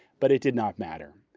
but it did not matter.